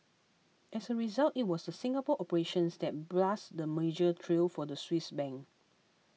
as a result it was the Singapore operations that blazed the merger trail for the Swiss Bank